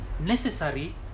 necessary